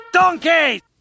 Donkey